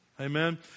Amen